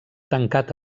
tancat